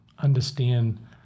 understand